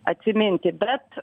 atsiminti bet